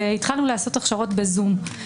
התחלנו לעשות הכשרות בזום.